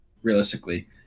realistically